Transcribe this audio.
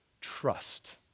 trust